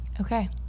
okay